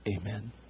Amen